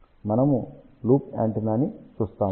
మనము లూప్ యాంటెన్నాను చూస్తాము